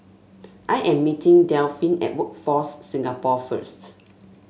I am meeting Delphin at Workforce Singapore first